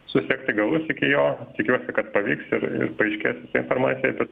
susekti galus iki jo tikiuosi kad pavyks ir ir paaiškės informacija bet